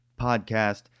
podcast